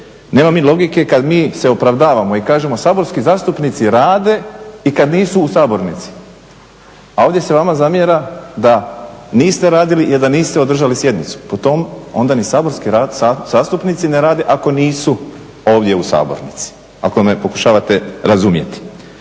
nema mi logike kad mi se opravdavamo i kažemo saborski zastupnici rade i kad nisu u sabornici, a ovdje se vama zamjera da niste radili jer da niste održali sjednicu. Po tom onda ni saborski zastupnici ne rade ako nisu ovdje u sabornici. Ako me pokušavate razumjeti.